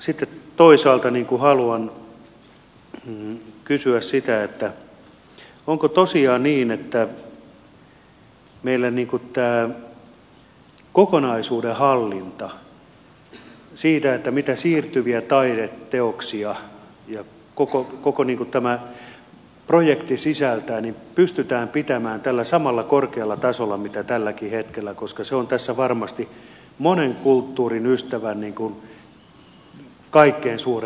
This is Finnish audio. sitten toisaalta haluan kysyä sitä onko tosiaan niin että meillä tämä kokonaisuuden hallinta siitä mitä siirtyviä taideteoksia koko tämä projekti sisältää pystytään pitämään tällä samalla korkealla tasolla kuin tälläkin hetkellä koska se on tässä varmasti monen kulttuurin ystävän kaikkein suurimpana huolena